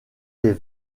des